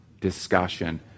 discussion